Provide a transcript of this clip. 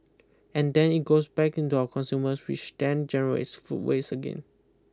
and then it goes back into our consumers which then generates food waste again